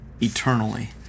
eternally